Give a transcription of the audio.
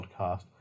podcast